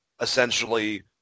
essentially